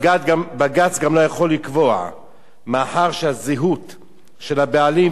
אתה חוזר כבר שלוש שנים.